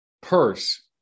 purse